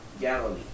Galilee